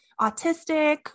autistic